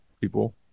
people